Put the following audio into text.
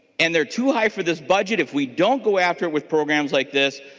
and they are too high for this budget if we don't go after with programs like this.